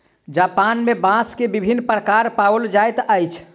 Japan में बांस के विभिन्न प्रकार पाओल जाइत अछि